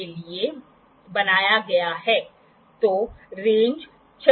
तो यहाँ यह पतला है और यहाँ यह मोटा होगा यह घटाव है